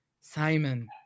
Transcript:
simon